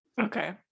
okay